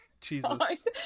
jesus